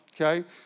Okay